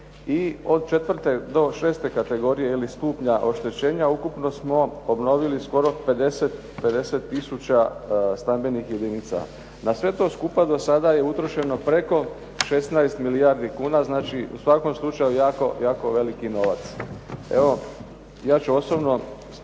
i od četvrte do šeste kategorije ili stupnja oštećenja ukupno smo obnovili skoro 50000 stambenih jedinica. Na sve to skupa do sada je utrošeno preko 16 milijardi kuna. Znači, u svakom slučaju jako, jako veliki novac.